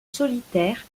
solitaire